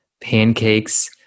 pancakes